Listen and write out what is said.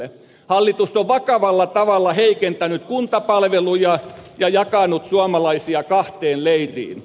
hallitus on vakavalla tavalla heikentänyt kuntapalveluja ja jakanut suomalaisia kahteen leiriin